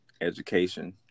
education